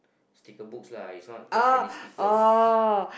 sticker books lah is not just any stickers